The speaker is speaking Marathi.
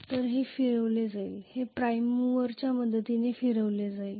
तर हे फिरवले जाईल हे प्राइम मूवरच्या मदतीने फिरविले जाईल